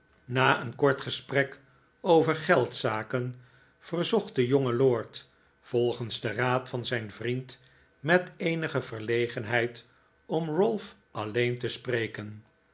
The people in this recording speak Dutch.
na een kort gesprek over geldzaken verzocht de jonge lord volgens den raad van zijn vriend met eenige verlegenheid om ralph alleen te spreken